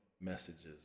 messages